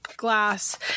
glass